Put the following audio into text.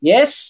Yes